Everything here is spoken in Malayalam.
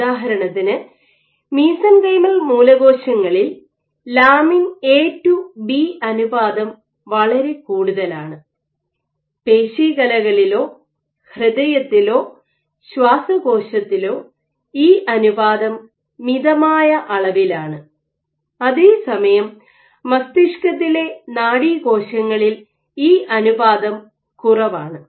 ഉദാഹരണത്തിന് മീസെൻകൈമൽ മൂലകോശങ്ങളിൽ ലാമിൻ എ ടു ബി അനുപാതം വളരെ കൂടുതലാണ് പേശികലകളിലോ ഹൃദയത്തിലോ ശ്വാസകോശത്തിലോ ഈ അനുപാതം മിതമായ അളവിലാണ് അതേസമയം മസ്തിഷ്കത്തിലെ നാഡീ കോശങ്ങളിൽ ഈ അനുപാതം കുറവാണ്